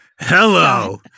Hello